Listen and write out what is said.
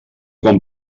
quan